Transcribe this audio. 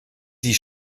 die